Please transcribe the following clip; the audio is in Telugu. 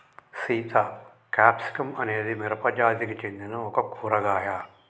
సీత క్యాప్సికం అనేది మిరపజాతికి సెందిన ఒక కూరగాయ